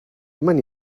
many